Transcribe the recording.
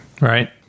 Right